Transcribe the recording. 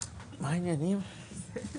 הישיבה ננעלה בשעה 11:55.